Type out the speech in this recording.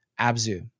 Abzu